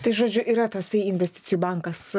tai žodžiu yra tasai investicijų bankas